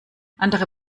andere